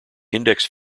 index